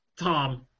Tom